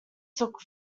took